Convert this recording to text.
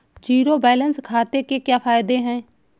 Zero balance खाते के क्या फायदे हैं?